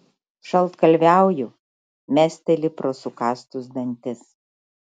šaltkalviauju mesteli pro sukąstus dantis